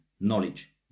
knowledge